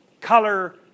color